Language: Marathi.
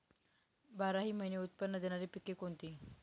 बाराही महिने उत्त्पन्न देणारी पिके कोणती?